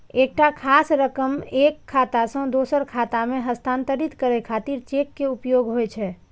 एकटा खास रकम एक खाता सं दोसर खाता मे हस्तांतरित करै खातिर चेक के उपयोग होइ छै